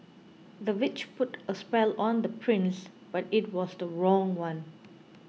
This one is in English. the witch put a spell on the prince but it was the wrong one